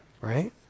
right